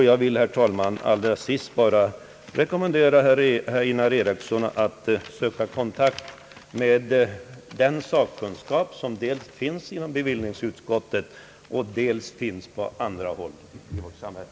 Jag vill, herr talman, allra sist bara rekommendera herr Einar Eriksson att söka kontakt med den sakkunskap som finns dels inom <bevillningsutskottet och dels på andra håll.